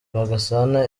rwagasana